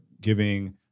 giving